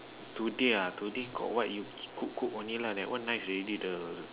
today ah today got what cook cook only that one nice already the